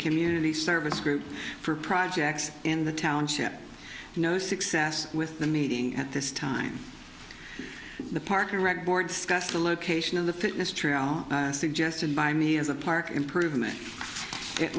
community service group for projects in the township no success with the meeting at this time the parking reg the location of the fitness trail suggested by me as a park improvement it